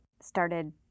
started